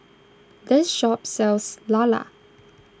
this shop sells Lala